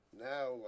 now